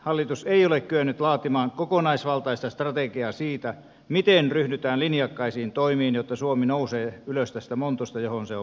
hallitus ei ole kyennyt laatimaan kokonaisvaltaista strategiaa siitä miten ryhdytään linjakkaisiin toimiin jotta suomi nousee ylös tästä montusta johon se on vajonnut